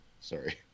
Sorry